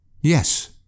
Yes